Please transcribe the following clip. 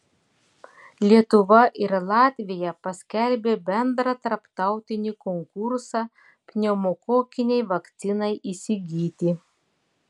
lietuva ir latvija paskelbė bendrą tarptautinį konkursą pneumokokinei vakcinai įsigyti